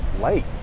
light